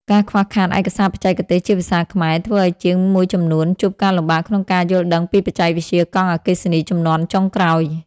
ការខ្វះខាតឯកសារបច្ចេកទេសជាភាសាខ្មែរ ធ្វើឱ្យជាងមួយចំនួនជួបការលំបាកក្នុងការយល់ដឹងពីបច្ចេកវិទ្យាកង់អគ្គិសនីជំនាន់ចុងក្រោយ។